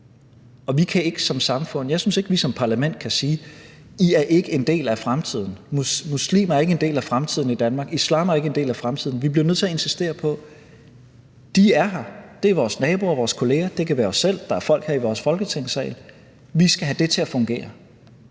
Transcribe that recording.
også bringes derhen. Og jeg synes ikke, at vi som parlament kan sige: I er ikke en del af fremtiden; muslimer er ikke en del af fremtiden i Danmark; islam er ikke en del af fremtiden. Vi bliver nødt til at insistere på, at de er her. Det er vores naboer og vores kolleger, og det kan være os selv. Der er folk her i vores Folketingssal. Vi skal have det til at fungere,